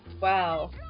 Wow